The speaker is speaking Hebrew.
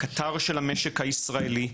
הקטר של המשק הישראלי,